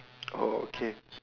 oh okay